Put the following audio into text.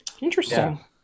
interesting